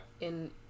in-